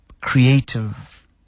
creative